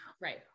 Right